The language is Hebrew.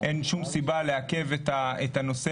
אין שום סיבה לעקב את הנושא,